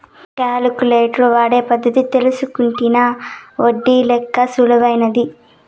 calculator వాడే పద్ధతి తెల్సుకుంటినా ఒడ్డి లెక్క సులుమైతాది